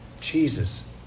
Jesus